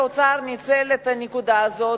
האוצר ניצל את הנקודה הזאת,